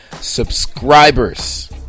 subscribers